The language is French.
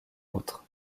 autres